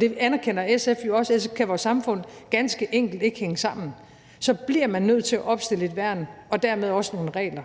det anerkender SF jo også, for ellers kan vores samfund ganske enkelt ikke hænge sammen, så bliver man nødt til at opstille et værn og dermed også nogle regler.